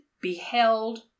beheld